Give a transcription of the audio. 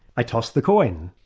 i toss the coin.